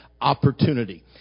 opportunity